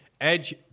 Edge